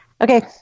okay